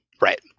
Right